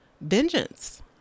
vengeance